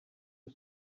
you